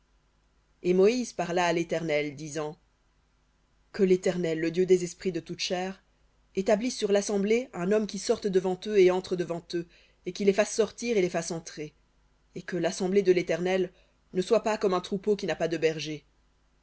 et moïse parla à l'éternel disant que l'éternel le dieu des esprits de toute chair établisse sur l'assemblée un homme qui sorte devant eux et entre devant eux et qui les fasse sortir et les fasse entrer et que l'assemblée de l'éternel ne soit pas comme un troupeau qui n'a pas de berger